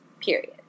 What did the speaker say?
period